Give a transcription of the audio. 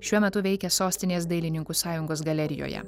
šiuo metu veikia sostinės dailininkų sąjungos galerijoje